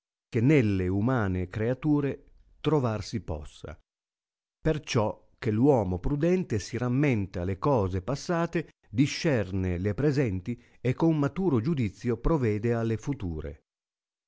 che nelle umane creature trovar si possa perciò che r uomo prudente si rammenta le cose passate discerne le presenti e con maturo giudizio provede alle future